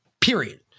period